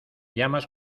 llamas